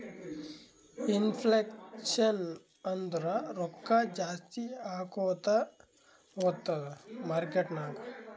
inflation ಅಂದುರ್ ರೊಕ್ಕಾ ಜಾಸ್ತಿ ಆಕೋತಾ ಹೊತ್ತುದ್ ಮಾರ್ಕೆಟ್ ನಾಗ್